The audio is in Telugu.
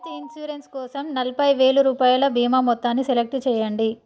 హెల్త్ ఇన్షూరెన్స్ కోసం నలభై వేలు రూపాయల బీమా మొత్తాన్ని సెలెక్ట్ చేయండి